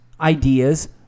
ideas